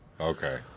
Okay